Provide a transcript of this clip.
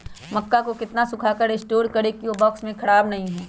मक्का को कितना सूखा कर स्टोर करें की ओ बॉक्स में ख़राब नहीं हो?